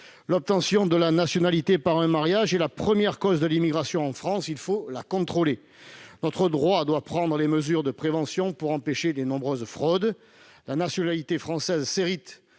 L'obtention de la nationalité par le mariage est la première cause de l'immigration en France ; il faut la contrôler. Notre droit doit prendre les mesures de prévention nécessaires pour empêcher les nombreuses fraudes. La nationalité française s'hérite